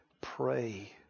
pray